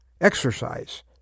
Exercise